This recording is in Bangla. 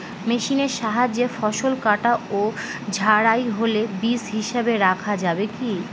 মেশিনের সাহায্যে ফসল কাটা ও ঝাড়াই হলে বীজ হিসাবে রাখা যাবে কি?